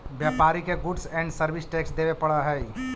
व्यापारि के goods and service tax देवे पड़ऽ हई